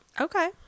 Okay